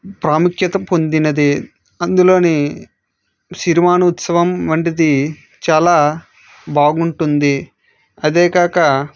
ప్రాముఖ్యత పొందినది అందులోని సిరిమాను ఉత్సవం వంటిది చాలా బాగుటుంది అదే కాక